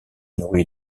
nourrit